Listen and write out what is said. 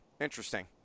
Interesting